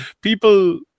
people